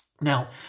Now